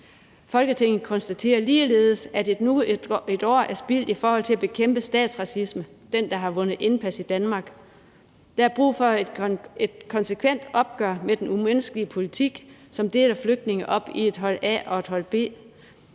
Folketinget konstaterer ligeledes, at endnu et år er spildt i forhold til at bekæmpe den statsracisme, der har vundet indpas i Danmark. Der er brug for et konsekvent opgør med den umenneskelige politik, som deler flygtninge op i et hold A og et hold B